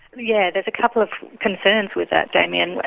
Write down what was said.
yeah there's a couple of concerns with that, damian.